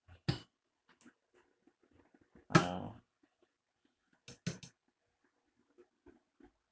ah